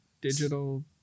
Digital